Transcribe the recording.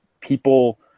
people